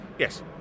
yes